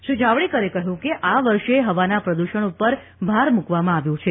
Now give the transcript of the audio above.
શ્રી જાવડેકરે કહ્યું કે આ વર્ષે હવાના પ્રદૂષણ ઉપર ભાર મૂકવામાં આવ્યો છે